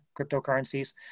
cryptocurrencies